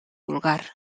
vulgar